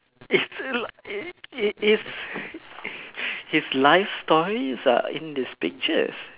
it's it is his life stories are in these pictures